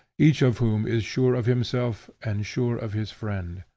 each of whom is sure of himself and sure of his friend.